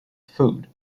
food